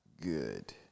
good